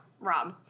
Rob